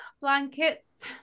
blankets